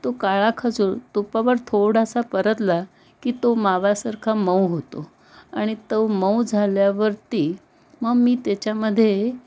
तो काळा खजूर तुपावर थोडासा परतला की तो माव्यासारखा मऊ होतो आणि तो मऊ झाल्यावरती मग मी त्याच्यामध्ये